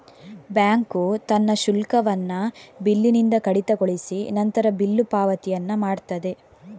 bank ತನ್ನ ಶುಲ್ಕವನ್ನ ಬಿಲ್ಲಿನಿಂದ ಕಡಿತಗೊಳಿಸಿ ನಂತರ ಬಿಲ್ಲು ಪಾವತಿಯನ್ನ ಮಾಡ್ತದೆ